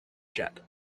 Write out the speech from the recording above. jet